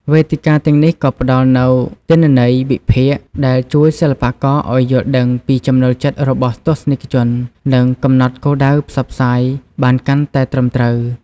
វេទិកាទាំងនេះក៏ផ្ដល់នូវទិន្នន័យវិភាគ ដែលជួយសិល្បករឲ្យយល់ដឹងពីចំណូលចិត្តរបស់ទស្សនិកជន និងកំណត់គោលដៅផ្សព្វផ្សាយបានកាន់តែត្រឹមត្រូវ។